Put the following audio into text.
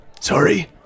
Sorry